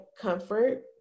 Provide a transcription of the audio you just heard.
comfort